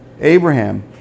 Abraham